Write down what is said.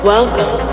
Welcome